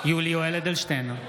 יולי יואל אדלשטיין,